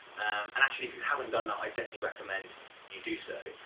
and actually if you haven't done that, i'd definitely recommend you do so.